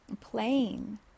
playing